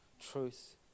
truth